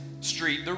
street